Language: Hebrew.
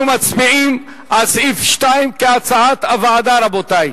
אנחנו מצביעים על סעיף 2, כהצעת הוועדה, רבותי.